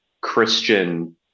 Christian